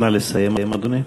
נא לסיים, אדוני.